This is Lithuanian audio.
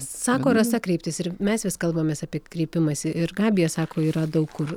sako rasa kreiptis ir mes vis kalbamės apie kreipimąsi ir gabija sako yra daug kur